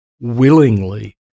willingly